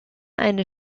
eine